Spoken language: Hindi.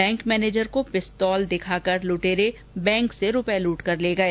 बैंक मैनेजर को पिस्तौल दिखाकर लुटेरे बैंक से रूपए लूटकर ले गए